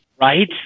Right